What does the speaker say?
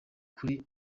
kuri